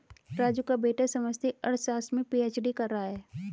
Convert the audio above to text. राजू का बेटा समष्टि अर्थशास्त्र में पी.एच.डी कर रहा है